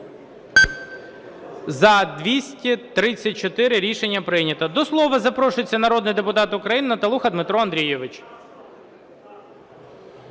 За-234 Рішення прийнято. До слова запрошується народний депутат України Наталуха Дмитро Андрійович.